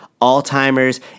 Alzheimer's